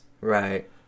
Right